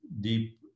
deep